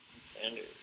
Sanders